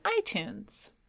iTunes